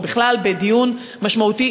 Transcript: או בכלל בדיון משמעותי,